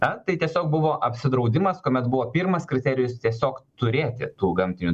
ar tai tiesiog buvo apsidraudimas kuomet buvo pirmas kriterijus tiesiog turėti tų gamtinių